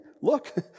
Look